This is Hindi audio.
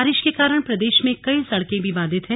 बारिश के कारण प्रदेश में कई सड़कें भी बाधित हैं